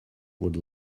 would